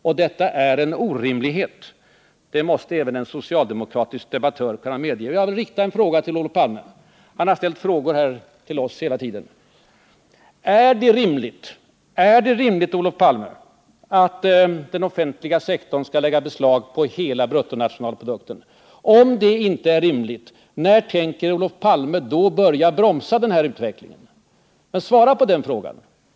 Och detta är en orimlighet — det måste även en socialdemokratisk debattör kunna medge. Jag vill rikta en fråga till Olof Palme — han har ställt frågor till oss här hela tiden: Är det rimligt, Olof Palme, att den offentliga sektorn skall lägga beslag på hela bruttonationalprodukten? Om det inte är rimligt, när tänker Olof Palme då börja bromsa utvecklingen? Svara på den frågan!